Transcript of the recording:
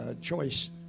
choice